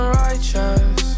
righteous